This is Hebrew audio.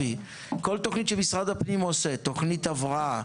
תוכנית הבראה,